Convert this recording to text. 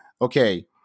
okay